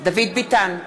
דוד ביטן,